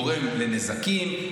גורם נזקים.